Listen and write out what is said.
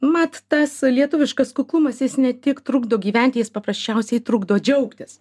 mat tas lietuviškas kuklumas jis ne tik trukdo gyventi jis paprasčiausiai trukdo džiaugtis